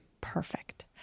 Perfect